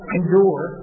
endure